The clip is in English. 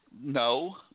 no